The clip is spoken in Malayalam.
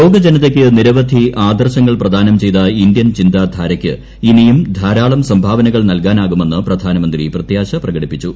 ലോക ജനതയ്ക്ക് നിരവധി ആദർശങ്ങൾ പ്രദാനം ചെയ്ത ഇന്ത്യൻ ചിന്താധാരയ്ക്ക് ഇനിയും ധാരാളം സംഭാവനകൾ നൽകാനാകുമെന്ന് പ്രധാനമന്ത്രി പ്രത്യാശ പ്രകടിപ്പിച്ചു